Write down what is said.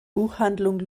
buchhandlung